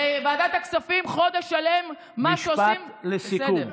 משפט לסיכום.